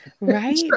Right